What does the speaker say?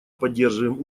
поддерживаем